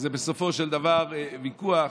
וזה בסופו של דבר ויכוח.